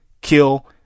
kill